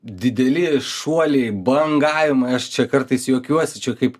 dideli šuoliai bangavimas čia kartais juokiuosi čia kaip